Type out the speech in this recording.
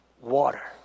water